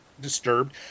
disturbed